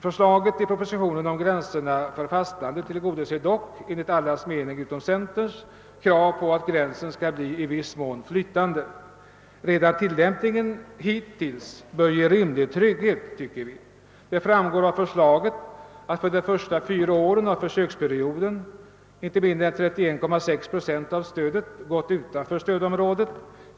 Förslaget i propositionen om gränserna på fastlandet tillgodoser dock — enligt allas mening utom centerns — kraven på att gränsen skall bli i viss mån flytande. Redan tillämpningen hittills bör ge rimlig trygghet, anser vi. Det framgår av förslaget att för de första fyra åren av försöksperioden inte mindre än 31,6 procent av stödet har fallit utanför stödområdet.